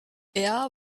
air